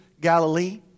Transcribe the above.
Galilee